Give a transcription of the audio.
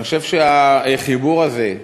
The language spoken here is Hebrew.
אני חושב שהחיבור הזה,